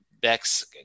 Bex